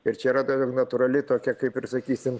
ir čia yra tiesiog natūrali tokia kaip ir sakysim